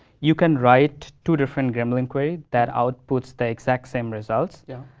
you can write two different gremlin query that outputs the exact same results. yeah.